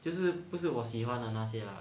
就是不是我喜欢的那些啦